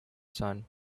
son